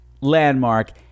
landmark